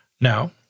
Now